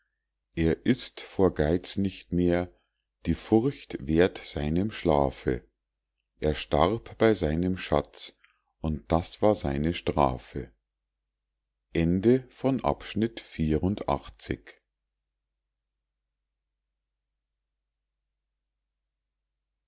er ißt vor geiz nicht mehr die furcht wehrt seinem schlafe er starb bei seinem schatz und das war seine strafe